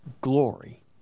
glory